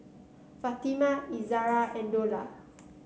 Fatimah Izara and Dollah